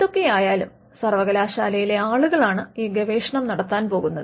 എന്തൊക്കെയായാലും സർവകലാശാലയിലെ ആളുകളാണ് ഈ ഗവേഷണം നടത്താൻ പോകുന്നത്